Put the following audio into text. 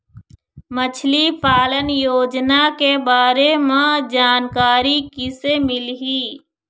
मछली पालन योजना के बारे म जानकारी किसे मिलही?